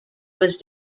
was